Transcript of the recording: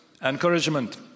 Encouragement